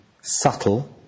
subtle